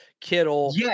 Kittle